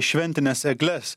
šventines egles